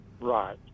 Right